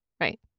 Right